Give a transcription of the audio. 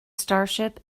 starship